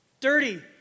Dirty